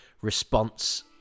Response